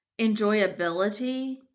enjoyability